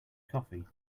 coffee